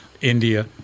India